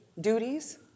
duties